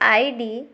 ID